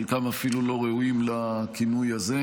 חלקם אפילו לא ראויים לכינוי הזה,